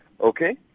Okay